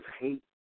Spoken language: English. hate